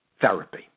therapy